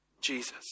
Jesus